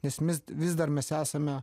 nes mes vis dar mes esame